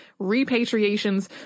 repatriations